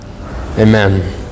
Amen